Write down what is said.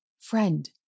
friend